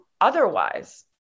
otherwise